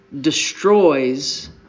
Destroys